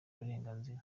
uburenganzira